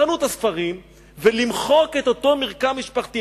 לחנות הספרים ולמחוק את אותו מרקם משפחתי,